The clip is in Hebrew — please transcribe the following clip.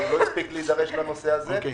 לא נספיק להידרש לנושא הזה, ועדיין,